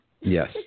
Yes